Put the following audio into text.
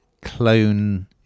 clone